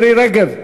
מירי רגב,